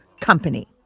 company